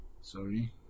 Sorry